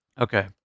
Okay